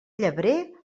llebrer